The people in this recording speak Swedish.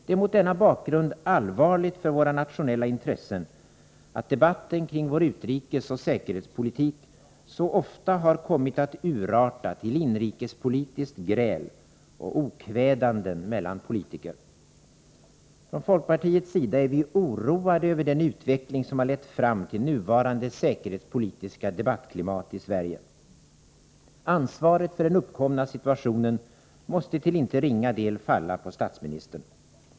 Det är mot denna bakgrund allvarligt för våra nationella intressen att debatten kring vår utrikesoch säkerhetspolitik så ofta har kommit att urarta till inrikespolitiskt gräl och okvädanden mellan politiker. Inom folkpartiet är vi oroade över den utveckling som har lett fram till nuvarande säkerhetspolitiska debattklimat i Sverige. Ansvaret för den uppkomna situationen måste till inte ringa del falla på statsministern.